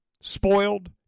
Spoiled